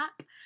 app